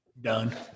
Done